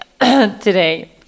today